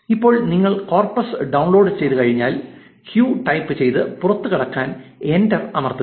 ഇപ്പോൾ നിങ്ങൾ corpus download ചെയ്തുകഴിഞ്ഞാൽ ക്യൂ ടൈപ്പ് ചെയ്ത് പുറത്തുകടക്കാൻ എന്റർ അമർത്തുക